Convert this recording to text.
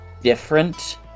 different